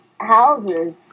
houses